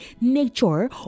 nature